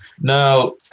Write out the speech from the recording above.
Now